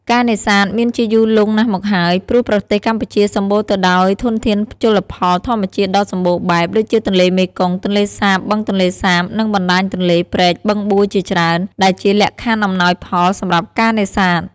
ការនេសាទ មានជាយូរលង់ណាស់មកហើយ ព្រោះប្រទេសកម្ពុជាសម្បូរទៅដោយធនធានជលផលធម្មជាតិដ៏សម្បូរបែប ដូចជាទន្លេមេគង្គ ទន្លេសាប បឹងទន្លេសាប និងបណ្ដាញទន្លេ ព្រែក បឹងបួជាច្រើន ដែលជាលក្ខខណ្ឌអំណោយផលសម្រាប់ការនេសាទ។